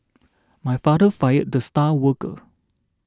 my father fired the star worker